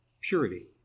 purity